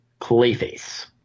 Clayface